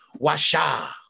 washa